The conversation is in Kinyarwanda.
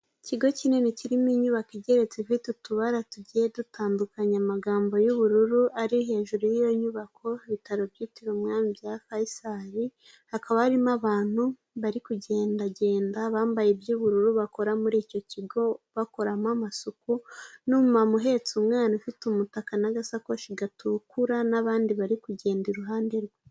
Ikigo kinini kirimo inyubako igeretse ifite utubara tugiye dutandukanye amagambo y'ubururu ari hejuru y'iyo nyubako, ibitaro byitiriwe umwami bya Fayisali, hakaba harimo abantu bari kugendagenda bambaye iby'ubururu bakora muri icyo kigo, bakoramo amasuku, n'umamu uhetse umwana ufite umutaka n'agasakoshi gatukura n'abandi bari kugenda iruhande rwe.